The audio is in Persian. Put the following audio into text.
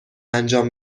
انجام